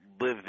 live